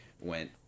went